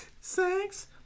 Sex